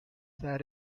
that